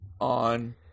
on